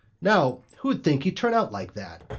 now who'd think he'd turn out like that!